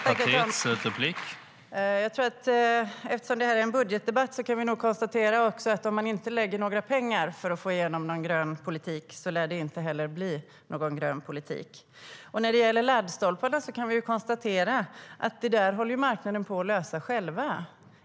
Herr talman! Eftersom det här är en budgetdebatt kan vi konstatera att om man inte satsar några pengar för att få igenom en grön politik lär det inte heller bli någon sådan. När det gäller laddstolparna håller ju marknaden själv på att lösa den frågan.